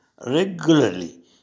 regularly